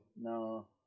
No